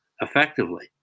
effectively